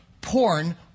porn